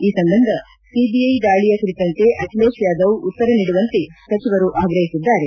ಈ ಸಂಬಂಧ ಸಿಬಿಐ ದಾಳಿಯ ಕುರಿತಂತೆ ಅಖಿಲೇಶ್ ಯಾದವ್ ಉತ್ತರ ನೀಡುವಂತೆ ಸಚಿವರು ಆಗ್ರಹಿಸಿದ್ದಾರೆ